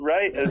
Right